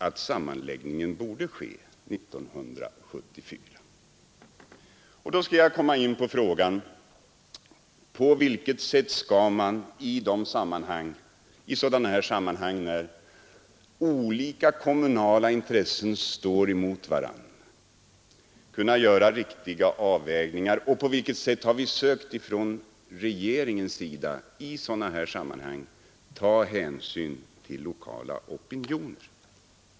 Efter detta kommer jag till frågan på vilket sätt man i sådana här fall, när olika kommunala intressen står mot varandra, kan göra riktiga avvägningar och på vilket sätt vi från regeringens sida har försökt att ta hänsyn till lokala opinioner.